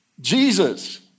Jesus